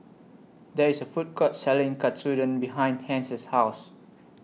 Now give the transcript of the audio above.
There IS A Food Court Selling Katsudon behind Hence's House